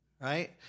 Right